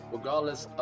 Regardless